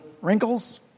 wrinkles